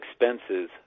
expenses